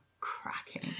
cracking